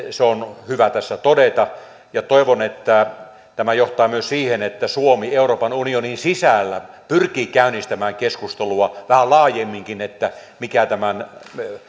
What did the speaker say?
se on hyvä tässä todeta toivon että tämä johtaa myös siihen että suomi euroopan unionin sisällä pyrkii käynnistämään keskustelua vähän laajemminkin siitä mikä tämän